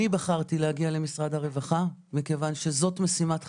אני בחרתי להגיע למשרד הרווחה מכיוון שזאת משימת חיי,